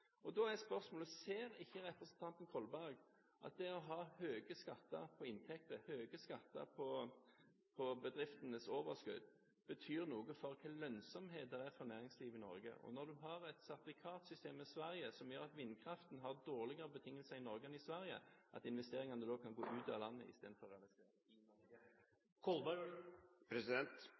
Da er spørsmålet: Ser ikke representanten Kolberg at det å ha høye skatter på inntekter, høye skatter på bedriftenes overskudd, betyr noe for hva slags lønnsomhet det er for næringslivet i Norge, og at investeringene, når man har et sertifikatsystem med Sverige som gjør at vindkraften har dårligere betingelser i Norge enn i Sverige, kan gå ut av landet istedenfor å realiseres i Norge? Når det gjelder den økonomiske politikken, slik vi har hørt den, så